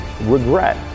regret